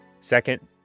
Second